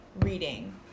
reading